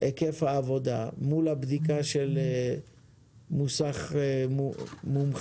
היקף העבודה מול הבדיקה של מוסך מומחה,